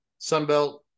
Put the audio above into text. Sunbelt